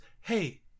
hey